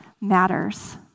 matters